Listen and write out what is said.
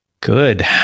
Good